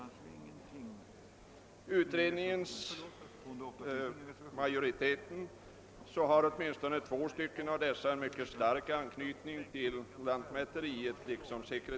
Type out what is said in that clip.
Av de ledamöter som tillhör majoriteten har åtminstone två — liksom sekreteraren — en mycket stark anknytning till lantmäteriet.